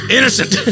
Innocent